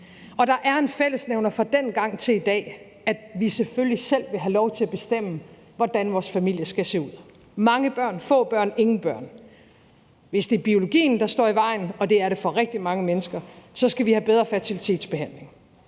og der er en fællesnævner fra dengang og til i dag om, at vi selvfølgelig selv vil have lov til at bestemme, hvordan vores familie skal se ud: Vil man have mange børn, få børn eller ingen børn? Kl. 12:35 Hvis det er biologien, der står i vejen, og det er det for rigtig mange mennesker, skal vi have bedre fertilitetsbehandlinger.